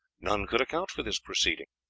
none could account for this proceeding.